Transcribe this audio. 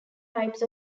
types